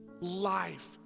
life